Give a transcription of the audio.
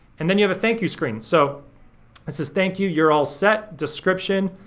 and then you have a thank you screen. so it says thank you, you're all set, description.